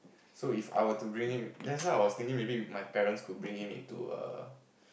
so If I were to bring him that's why I was thinking maybe if my parents could bring him into a